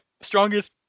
strongest